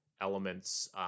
elements